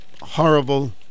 horrible